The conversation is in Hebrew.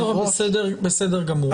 בסדר גמור.